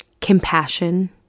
compassion